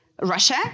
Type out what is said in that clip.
Russia